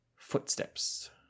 footsteps